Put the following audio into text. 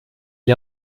est